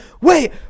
Wait